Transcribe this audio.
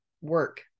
work